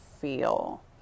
feel